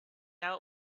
now